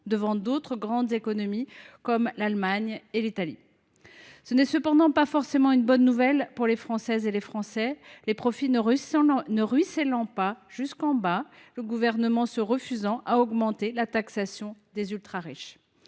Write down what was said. devant d’autres grandes économies comme l’Allemagne ou l’Italie. Ce n’est toutefois pas forcément une bonne nouvelle pour les Françaises et les Français : les profits, en effet, ne « ruissellent » pas, le Gouvernement se refusant à augmenter la taxation des ultrariches.